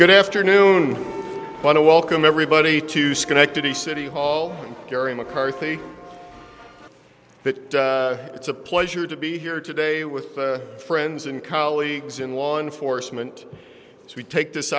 good afternoon i want to welcome everybody to schenectady city hall gary mccarthy that it's a pleasure to be here today with friends and colleagues in law enforcement as we take this